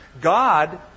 God